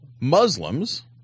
Muslims